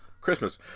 Christmas